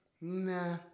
Nah